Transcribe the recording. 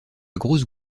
grosses